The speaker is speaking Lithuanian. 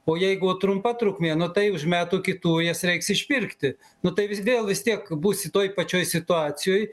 o jeigu trumpa trukmė tai už metų kitų jas reiks išpirkti nu tai vėl vis tiek būsi toj pačioj situacijoj